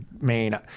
main